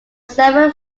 server